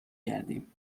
کردیم